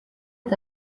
est